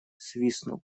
свистнул